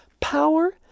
Power